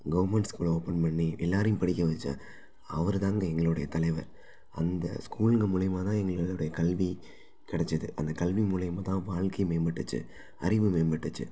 government ஸ்கூலை open பண்ணி எல்லாரையும் படிக்க வைச்ச அவர் தாங்க எங்களுடைய தலைவர் அந்த ஸ்கூலுங்க மூலியமா தான் எங்களோடய கல்வி கிடச்சிது அந்தக் கல்வி மூலயமா தான் வாழ்க்கையே மேம்பட்டுச்சு அறிவு மேம்பட்டுச்சு